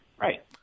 right